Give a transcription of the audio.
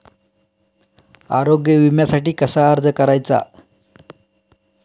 आरोग्य विम्यासाठी कसा अर्ज करायचा?